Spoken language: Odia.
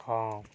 ହଁ